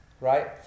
right